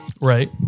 right